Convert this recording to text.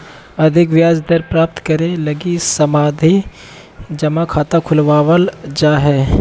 अधिक ब्याज दर प्राप्त करे लगी सावधि जमा खाता खुलवावल जा हय